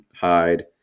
hide